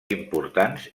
importants